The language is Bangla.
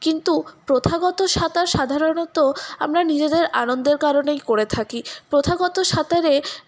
কিন্তু প্রথাগত সাঁতার সাধারণত আমরা নিজেদের আনন্দের কারণেই করে থাকি প্রথাগত সাঁতারে